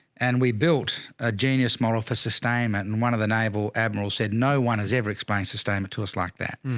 and we built a genius model for sustainment. and one of the naval admirals said, no one has ever explained sustainment to us like that.